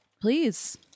Please